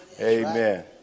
Amen